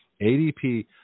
ADP